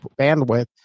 bandwidth